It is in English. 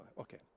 okay